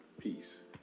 peace